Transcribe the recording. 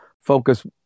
focus